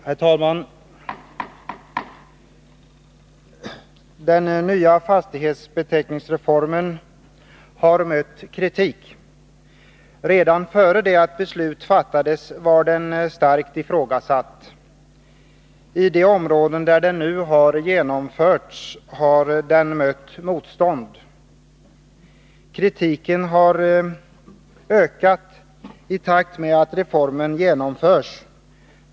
Herr talman! Den nya fastighetsbeteckningsreformen har mött kritik. Redan innan beslut fattades ifrågasatte man reformen starkt. I de områden där den nu har genomförts har den mött motstånd. Kritiken har ökat i takt med att reformen genomförts.